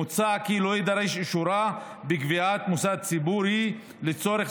מוצע כי לא יידרש אישורה בקביעת מוסד ציבורי לצורך